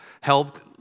helped